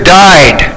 died